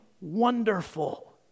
wonderful